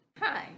Hi